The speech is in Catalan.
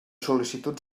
sol·licituds